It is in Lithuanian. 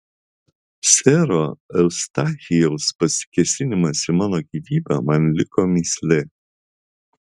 sero eustachijaus pasikėsinimas į mano gyvybę man liko mįslė